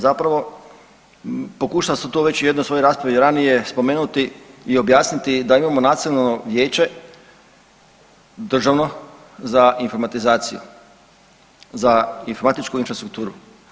Zapravo pokušao sam to već u jednoj svojoj raspravi i ranije spomenuti i objasniti da imamo Nacionalno vijeće državno za informatizaciju, za informatičku infrastrukturu.